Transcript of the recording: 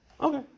Okay